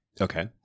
Okay